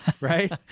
right